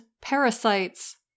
parasites